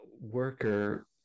worker